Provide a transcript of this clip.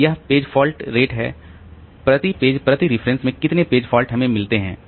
तो यह page fault rate है प्रति पेज प्रति रेफरेंस में कितने पेज फाल्ट हमें मिलते हैं